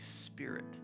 Spirit